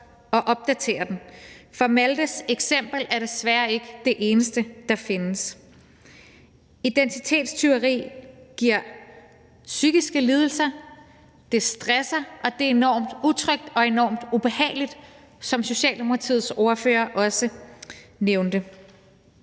at opdatere den. For Maltes eksempel er desværre ikke det eneste, der findes. Identitetstyveri giver psykiske lidelser, det stresser, og det er enormt utrygt og enormt ubehageligt, som Socialdemokratiets ordfører også nævnte.